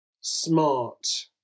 smart